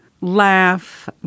laugh